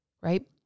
right